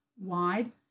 wide